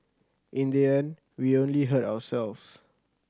in the end we only hurt ourselves